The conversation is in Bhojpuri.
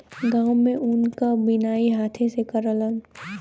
गांव में ऊन क बिनाई हाथे से करलन